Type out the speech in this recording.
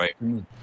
right